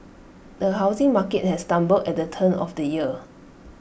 the housing market has stumbled at the turn of the year